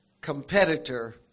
competitor